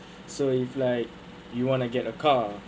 so if like you want to get a car